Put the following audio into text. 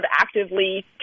actively